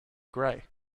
gray